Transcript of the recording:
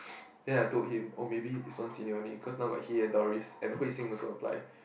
then I told him or maybe his one senior only cause now he and Doris and Hui Xin also apply